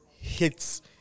hits